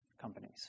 companies